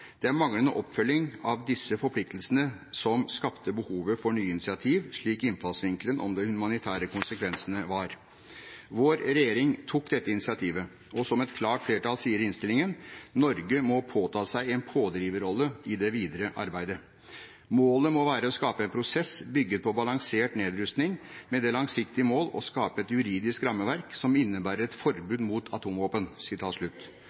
Det er manglende oppfølging av disse forpliktelsene som skapte behovet for nye initiativ, slik innfallsvinkelen om de humanitære konsekvensene var. Vår regjering tok dette initiativet. Og som et klart flertall sier i innstillingen: «Norge må innta en pådriverrolle i det videre arbeidet med å skape en prosess bygget på balansert nedrustning og med det langsiktige mål å lage et juridisk rammeverk som innebærer et forbud mot atomvåpen.»